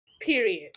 Period